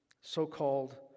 so-called